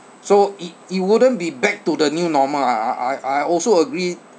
so it it wouldn't be back to the new normal I I I also agree